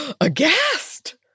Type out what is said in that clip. aghast